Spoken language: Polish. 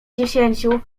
dziesięciu